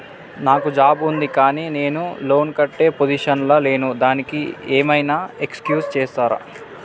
నాకు జాబ్ ఉంది కానీ నేను లోన్ కట్టే పొజిషన్ లా లేను దానికి ఏం ఐనా ఎక్స్క్యూజ్ చేస్తరా?